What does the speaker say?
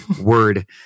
word